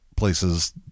places